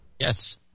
Yes